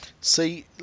See